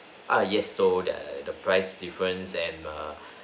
ah yes so that the price difference and err